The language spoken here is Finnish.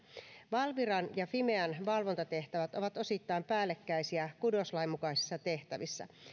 valviran ja fimean valvontatehtävät ovat osittain päällekkäisiä kudoslain mukaisissa tehtävissä